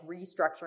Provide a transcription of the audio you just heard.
restructuring